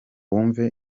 wumve